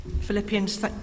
Philippians